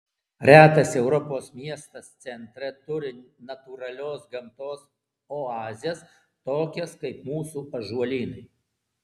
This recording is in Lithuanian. retas europos miestas centre turi natūralios gamtos oazes tokias kaip mūsų ąžuolynai